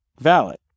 valid